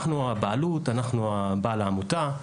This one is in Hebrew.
אנחנו הבעלות, אנחנו בעל העמותה.